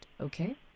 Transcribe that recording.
Okay